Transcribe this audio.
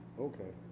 okay.